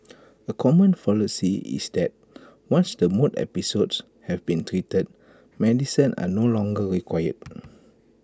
A common fallacy is that once the mood episodes have been treated medicines are no longer required